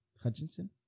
Hutchinson